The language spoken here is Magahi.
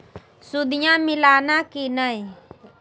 सुदिया मिलाना की नय?